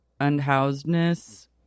unhousedness